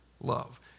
love